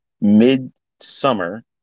mid-summer